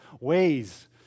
ways